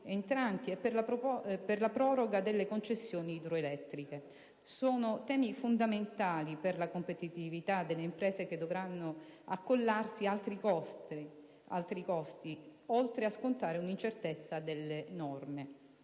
e per la proroga delle concessioni idroelettriche. Sono temi fondamentali per la competitività delle imprese che dovranno accollarsi altri costi, oltre a scontare un'incertezza delle norme.